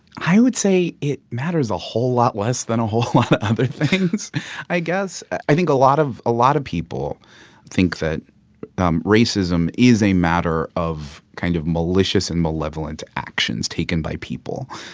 i would say it matters a whole lot less than a whole lot of other things i guess. i think a lot of a lot of people think that racism is a matter of kind of malicious and malevolent actions taken by people.